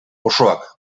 osoak